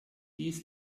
dies